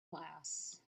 class